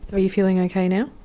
are you feeling okay now?